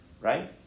Right